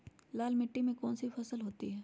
लाल मिट्टी में कौन सी फसल होती हैं?